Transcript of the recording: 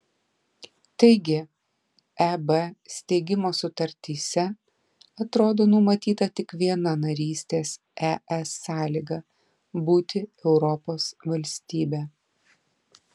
taigi eb steigimo sutartyse atrodo numatyta tik viena narystės es sąlyga būti europos valstybe